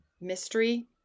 mystery